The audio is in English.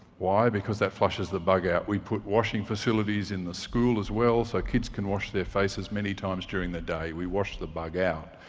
why? because that flushes the bug out. we put washing facilities in the school as well, so kids can wash their faces many times during the day. we wash the bug out.